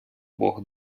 бог